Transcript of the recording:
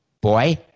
boy